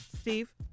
Steve